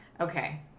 Okay